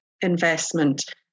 investment